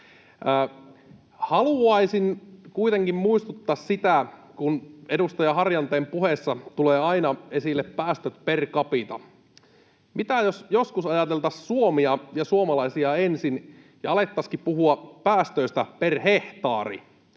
Haluaisin kuitenkin muistuttaa siitä, kun edustaja Harjanteen puheessa tulee aina esille päästöt per capita, että mitä jos joskus ajateltaisiin Suomea ja suomalaisia ensin ja alettaisiinkin puhua päästöistä per hehtaari.